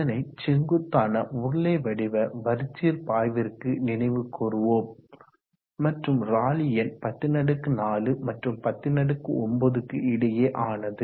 அதனை செங்குத்தான உருளை வடிவ வரிச்சீர் பாய்விற்கு நினைவு கூர்வோம் மற்றும் ராலி எண் 104 மற்றும் 109 க்கு இடையே ஆனது